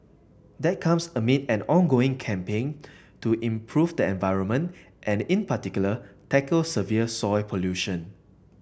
that comes amid an ongoing campaign to improve the environment and in particular tackle severe soil pollution